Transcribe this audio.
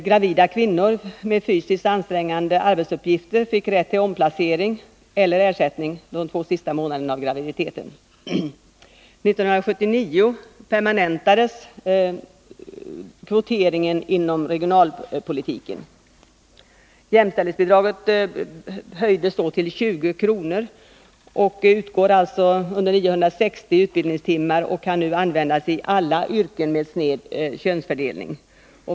Gravida kvinnor med fysiskt ansträngande arbetsuppgifter fick rätt till omplacering eller ersättning de två sista månaderna av graviditeten. 1979 permanentades kvoteringen inom regionalpolitiken. Jämställdhetsbidraget höjdes då till 20 kr. och utgår under 960 utbildningstimmar. Det kan nu användas i alla yrken med sned könsfördelning.